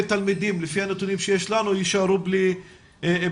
תלמידים לפי הנתונים שיש לנו יישארו בלי מחשבים,